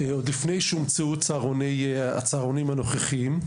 עוד לפני שהומצאו הצהרונים הנוכחיים.